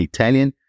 Italian